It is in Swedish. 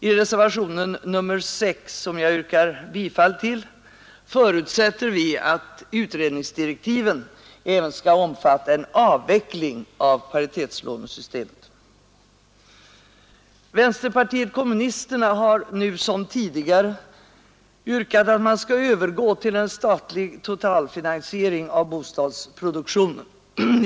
I reservationen 6, som jag yrkar bifall till, förutsätter vi att utredningsdirektiven även skall omfatta en avveckling av paritetslånesystemet. Vänsterpartiet kommunisterna har nu som tidigare yrkat på att man skall övergå till en statlig totalfinansiering av bostadsproduktionen.